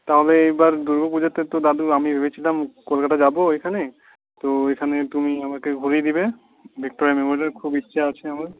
তাহলে এবার দুর্গা পুজোতে তো দাদু আমি ভেবেছিলাম কলকাতা যাবো এখানে তো এখানে তুমি আমাকে ঘুরিয়ে দেবে ভিক্টোরিয়া মেমোরিয়াল খুব ইচ্ছে আছে আমার